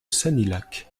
sanilhac